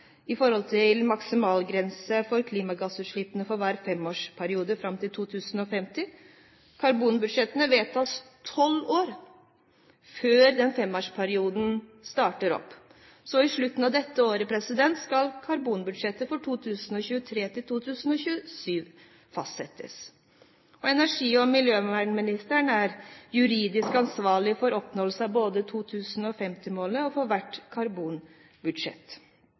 i forhold til maksimalgrenser for klimagassutslippene for hver femårsperiode fram til 2050. Karbonbudsjettene vedtas tolv år før femårsperioden starter opp, så i slutten av dette året skal karbonbudsjettet for 2023–2027 fastsettes. Energi- og miljøvernministeren er juridisk ansvarlig både for oppnåelse av 2050-målet og for hvert karbonbudsjett.